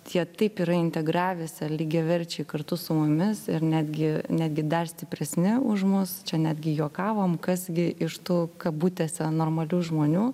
jie taip yra integravęsi lygiaverčiai kartu su mumis ir netgi netgi dar stipresne už mus čia netgi juokavom kas gi iš tų kabutėse normalių žmonių